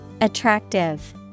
attractive